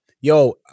yo